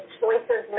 choices